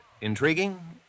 intriguing